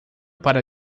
para